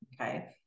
Okay